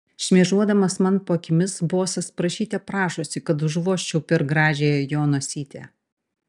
šmėžuodamas man po akimis bosas prašyte prašosi kad užvožčiau per gražiąją jo nosytę